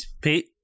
Pete